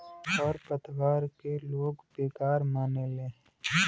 खर पतवार के लोग बेकार मानेले